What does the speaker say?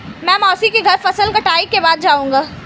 मैं मौसी के घर फसल कटाई के बाद जाऊंगा